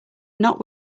not